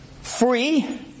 free